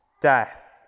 death